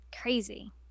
crazy